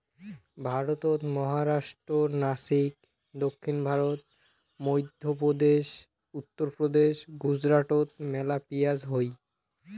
ভারতত মহারাষ্ট্রর নাসিক, দক্ষিণ ভারত, মইধ্যপ্রদেশ, উত্তরপ্রদেশ, গুজরাটত মেলা পিঁয়াজ হই